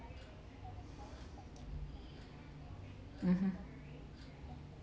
mmhmm